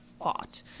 fought